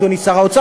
אדוני שר האוצר,